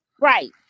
Right